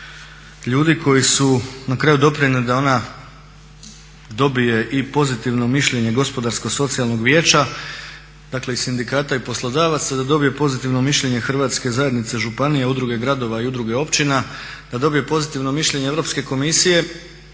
ljudi koji su na kraju doprinijeli da ona dobije i pozitivno mišljenje GSV-a dakle i sindikata i poslodavaca da dobije pozitivno mišljenje Hrvatske zajednice županija, udruga gradova i udruga općina, da dobije pozitivno mišljenje Europske komisije